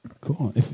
Cool